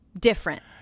different